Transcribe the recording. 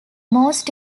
most